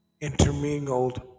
intermingled